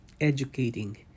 educating